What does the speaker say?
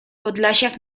podlasiak